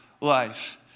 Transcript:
life